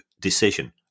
decision